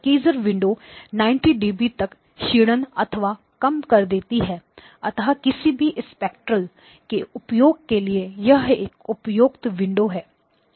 कैसर window Kaiser window 90 dB तक क्षीणन अथवा कम कर देती है अतः किसी भी स्पेक्ट्रेल के उपयोग के लिए यह एक उपयुक्त विंडो है